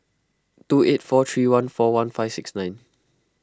two eight four three one four one five six nine